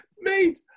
Mate